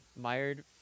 Mired